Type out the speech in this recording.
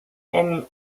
and